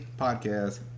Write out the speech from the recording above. podcast